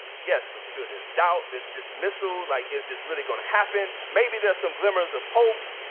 yes, i'm sure there's doubt, there's dismissal, like, is this really going to happen? maybe there are some glimmers of hope,